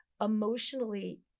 emotionally